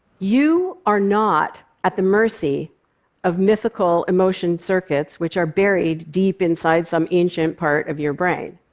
you are not at the mercy of mythical emotion circuits which are buried deep inside some ancient part of your brain.